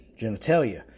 genitalia